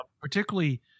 particularly